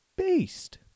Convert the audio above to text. Beast